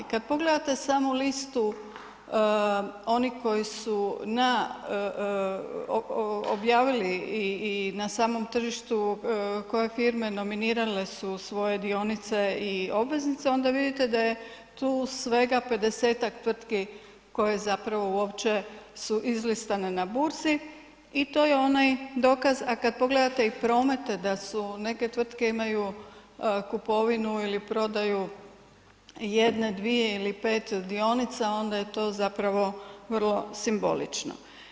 Kad pogledate samo listu onih koji su na, objavili i na samom tržištu koje firme nominirale su svoje dionice i obveznice, onda vidite da je tu svega 50.-tak tvrtki koje zapravo uopće su izlistane na burzi i to je onaj dokaz, a kad pogledate i promete da su neke tvrtke imaju kupovinu ili prodaju jedne, dvije ili pet dionica onda je to zapravo vrlo simbolično.